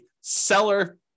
seller